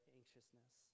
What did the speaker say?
anxiousness